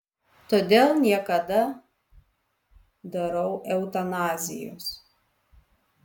todėl niekada darau eutanazijos